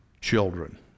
children